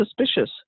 suspicious